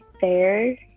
fair